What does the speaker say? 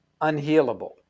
unhealable